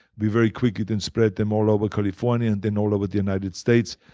we very quickly then spread them all over california and then all over the united states.